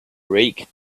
rake